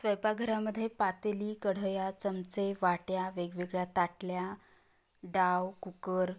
स्वयंपाकघरामध्ये पातेली कढया चमचे वाट्या वेगवेगळ्या ताटल्या डाव कुकर